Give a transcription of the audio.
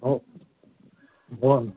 हो हो नं